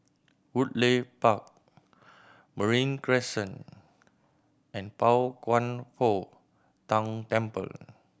Woodleigh Park Marine Crescent and Pao Kwan Foh Tang Temple